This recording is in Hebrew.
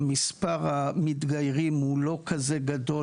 גם מספר המתגיירים הוא לא כזה גדול,